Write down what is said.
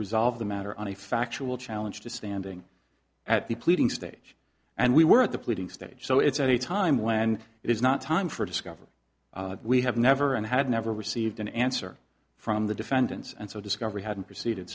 resolve the matter on a factual challenge to standing at the pleading stage and we were at the pleading stage so it's at a time when it is not time for discovery we have never and had never received an answer from the defendants and so discovery hadn't proceeded